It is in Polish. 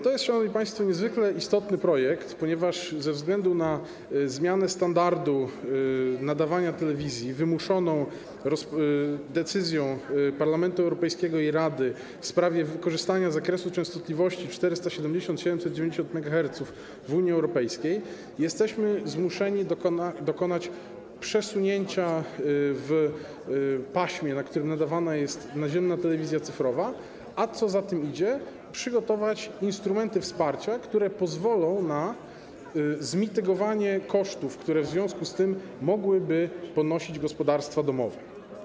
To jest, szanowni państwo, niezwykle istotny projekt, ponieważ ze względu na zmianę standardu nadawania telewizji wymuszoną decyzją Parlamentu Europejskiego i Rady w sprawie wykorzystania zakresu częstotliwości 470-790 MHz w Unii Europejskiej jesteśmy zmuszeni dokonać przesunięcia w paśmie, na którym nadawana jest naziemna telewizja cyfrowa, a co za tym idzie - przygotować instrumenty wsparcia, które pozwolą na zmitygowanie kosztów, które w związku z tym mogłyby ponosić gospodarstwa domowe.